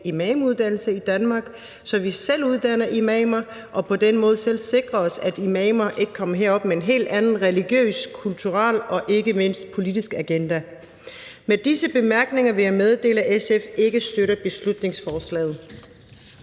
imamuddannelse i Danmark, så vi selv uddanner imamer og på den måde selv sikrer os, at imamer ikke kommer herop med en helt anden religiøs, kulturel og ikke mindst politisk agenda. Med disse bemærkninger vil jeg meddele, at SF ikke støtter beslutningsforslaget.